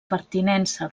pertinença